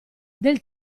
del